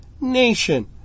nation